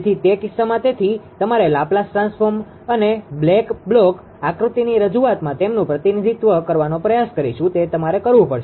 તેથી તે કિસ્સામાં તેથી તમારે લાપ્લાસ ટ્રાન્સફોર્મ અને બ્લેક બ્લોક આકૃતિની રજૂઆતમાં તેમનું પ્રતિનિધિત્વ કરવાનો પ્રયાસ કરીશું તે તમારે કરવું પડશે